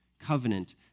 Covenant